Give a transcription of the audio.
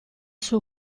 suo